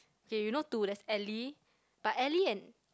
okay you know to there's Ellie but Ellie and